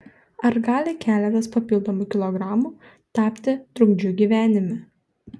ar gali keletas papildomų kilogramų tapti trukdžiu gyvenime